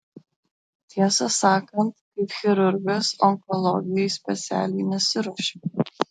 tiesą sakant kaip chirurgas onkologijai specialiai nesiruošiau